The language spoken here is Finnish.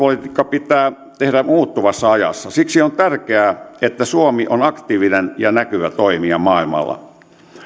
pitää tehdä muuttuvassa ajassa siksi on tärkeää että suomi on aktiivinen ja näkyvä toimija maailmalla